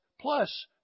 plus